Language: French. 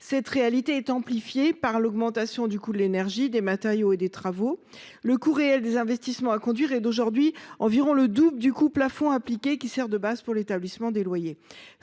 Cette réalité est amplifiée par l’augmentation du coût de l’énergie, des matériaux et des travaux. Le coût réel des investissements à mener est environ le double du coût plafond appliqué qui sert de base pour l’établissement des loyers.